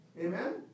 Amen